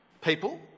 People